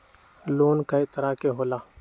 Loan कय तरह के होला?